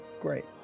great